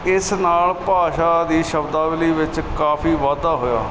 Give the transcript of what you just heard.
ਇਸ ਨਾਲ ਭਾਸ਼ਾ ਦੀ ਸ਼ਬਦਾਵਲੀ ਵਿੱਚ ਕਾਫੀ ਵਾਧਾ ਹੋਇਆ